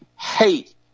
hate